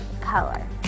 color